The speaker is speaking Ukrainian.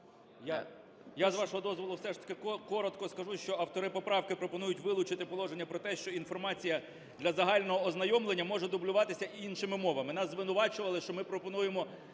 Я, з вашого дозволу, все ж таки коротко скажу, що автори поправки пропонують вилучити положення про те, що інформація для загального ознайомлення може дублюватися і іншими мовами. Нас звинувачували, що ми пропонуємо